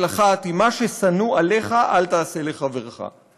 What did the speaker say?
אחת היא: מה ששנוא עליך אל תעשה לחברך.